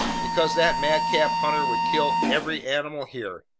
because that madcap hunter would kill every animal here.